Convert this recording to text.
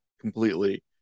completely